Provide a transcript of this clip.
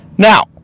Now